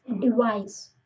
device